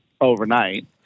overnight